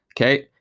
Okay